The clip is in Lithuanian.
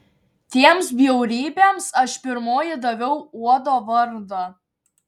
tiems bjaurybėms aš pirmoji daviau uodo vardą